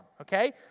okay